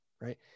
right